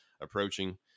approaching